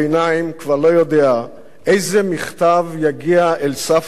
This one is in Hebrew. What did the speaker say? יודע איזה מכתב יגיע אל סף דלתו ראשון,